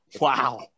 Wow